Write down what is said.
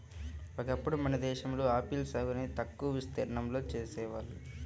ఒకప్పుడు మన దేశంలో ఆపిల్ సాగు అనేది తక్కువ విస్తీర్ణంలో చేసేవాళ్ళు